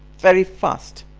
very fast